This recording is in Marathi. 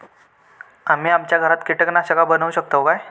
आम्ही आमच्या घरात कीटकनाशका बनवू शकताव काय?